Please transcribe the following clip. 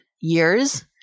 years